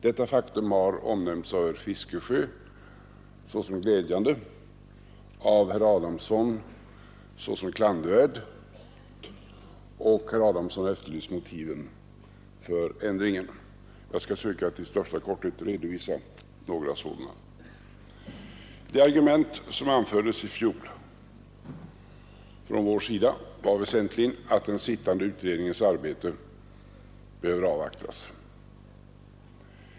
Detta faktum har omnämnts av herr Fiskesjö såsom glädjande och av herr Adamsson såsom klandervärt, och herr Adamsson efterlyste motiven för ändringen. Jag skall i största korthet redovisa några sådana. Det argument som anfördes i fjol från vår sida var väsentligen att den sittande utredningens arbete bör avvaktas.